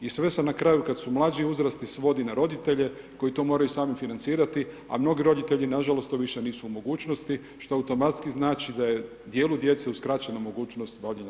I sve se na kraju, kad su mlađi uzrasti, svodi na roditelje koji to moraju sami financirati, a mnogi roditelji to nažalost to više nisu u mogućnosti, što automatski znači da je dijelu djece uskraćena mogućnost bavljenja sportom.